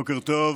בוקר טוב.